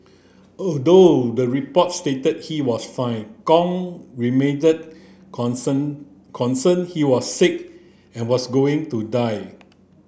although the report stated he was fine Kong remained concern concerned he was sick and was going to die